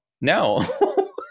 No